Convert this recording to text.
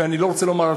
ואני לא רוצה לומר,